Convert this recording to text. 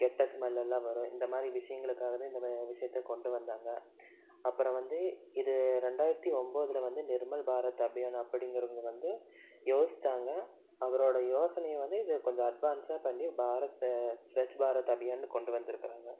கெட்ட ஸ்மெல் எல்லாம் வரும் இந்த மாதிரி விஷயங்களுக்காக தான் இந்தமாரி விஷியத்தை கொண்டு வந்தாங்க அப்புறம் வந்து இது ரெண்டாயிரத்து ஒம்போதில் வந்து நிர்மல் பாரத் அபியான் அப்படிங்கிறவங்க வந்து யோசிச்சாங்க அவரோட யோசனையை வந்து இது கொஞ்சம் அட்வான்ஸாக பண்ணி பாரத் ஸ்வச் பாரத் அபியான்னு கொண்டு வந்துருக்குறாங்க